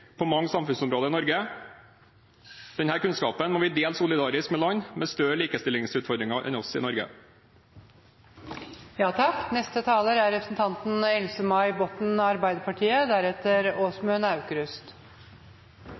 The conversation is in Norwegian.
på mange samfunnsområder i Norge. Denne kunnskapen må vi dele solidarisk med land med større likestillingsutfordringer enn vi i